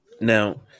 Now